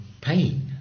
pain